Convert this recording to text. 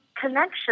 connection